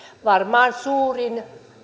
varmaan suurin